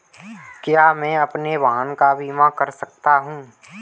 क्या मैं अपने वाहन का बीमा कर सकता हूँ?